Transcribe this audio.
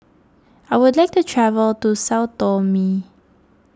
I would like to travel to Sao Tome